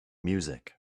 music